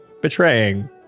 betraying